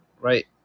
right